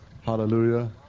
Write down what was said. hallelujah